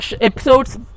episodes